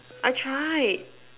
I tried